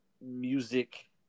music